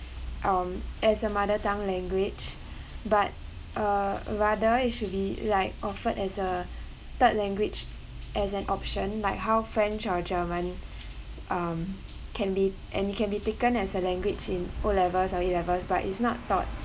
um as a mother tongue language but uh rather it should be like offered as a third language as an option like how french or german um can be and it can be taken as a language in o-levels or a-levels but it's not taught